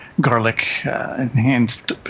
garlic-enhanced